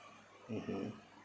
mmhmm